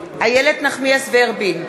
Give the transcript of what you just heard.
איילת נחמיאס ורבין,